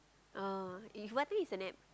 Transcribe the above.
oh what thing is the net